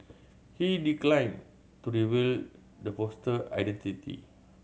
he declined to reveal the poster identity